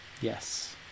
Yes